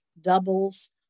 doubles